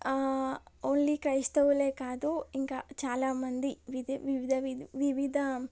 only క్రైస్తవులే కాదు ఇంకా చాలా మంది విధ వివిధ వివిధ